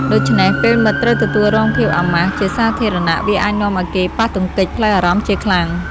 ដូច្នេះ ពេលមិត្តត្រូវទទួលរងភាពអាម៉ាស់ជាសាធារណៈ វាអាចនាំឱ្យគេប៉ះទង្គិចផ្លូវអារម្មណ៍ជាខ្លាំង។